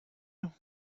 you